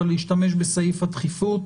להשתמש בסעיף הדחיפות